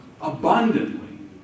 abundantly